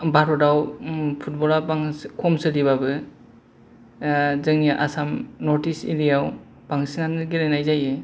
भारताव फुटबला खम सोलिब्लाबो जोंनि आसाम नर्थइस्ट एरिया आव बांसिनानो गेलेनाय जायो